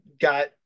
got